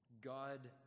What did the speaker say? God